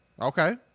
Okay